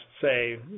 say